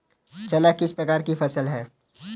चना किस प्रकार की फसल है?